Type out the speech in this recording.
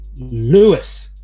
Lewis